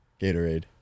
Gatorade